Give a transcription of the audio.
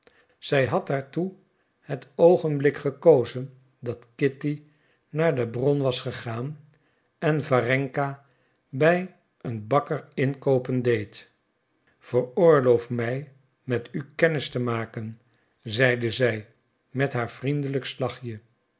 zij had daartoe het oogenblik gekozen dat kitty naar de bron was gegaan en warenka bij een bakker inkoopen deed veroorloof mij met u kennis te maken zeide zij met haar vriendelijkst lachje